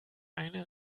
eine